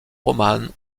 romane